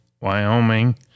Wyoming